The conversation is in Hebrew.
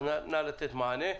אז נא לתת מענה.